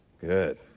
Good